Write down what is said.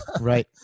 Right